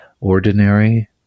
Ordinary